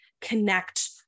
connect